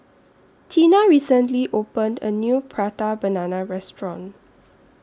Teena recently opened A New Prata Banana Restaurant